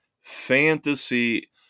fantasy